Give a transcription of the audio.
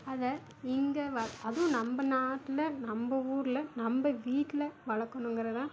அதை இங்கே வெ அதுவும் நம்ப நாட்டில் நம்ப ஊர்ல நம்ப வீட்டில் வளர்க்கணுங்கறது தான்